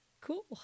Cool